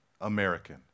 American